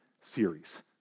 series